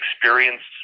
experienced